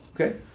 Okay